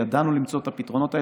ידענו למצוא את הפתרונות האלה,